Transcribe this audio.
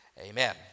Amen